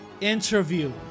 interview